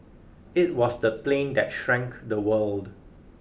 it was the plane that shrank the world